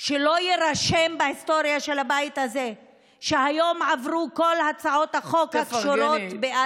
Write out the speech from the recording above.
שלא יירשם בהיסטוריה של הבית הזה שהיום עברו כל הצעות החוק הקשורות,